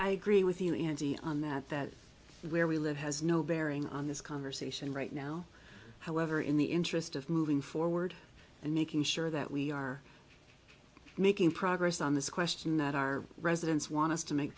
i agree with you on that that where we live has no bearing on this conversation right now however in the interest of moving forward and making sure that we are making progress on this question that our residents want us to make